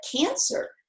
cancer